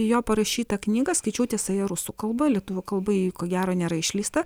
jo parašytą knygą skaičiau tiesa ją rusų kalba lietuvių kalba ji ko gero nėra išleista